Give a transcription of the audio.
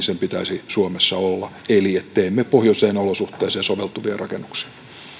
sen pitäisi suomessa olla eli että teemme pohjoisiin olosuhteisiin soveltuvia rakennuksia